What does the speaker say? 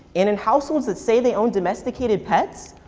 in in households that say they own domesticated pets,